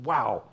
Wow